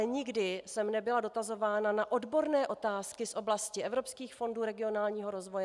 Nikdy jsem ale nebyla dotazována na odborné otázky z oblasti evropských fondů regionálního rozvoje atd.